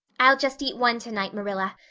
i'll just eat one tonight, marilla.